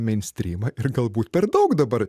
meinstrymą ir galbūt per daug dabar